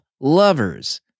lovers